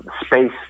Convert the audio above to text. space